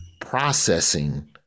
processing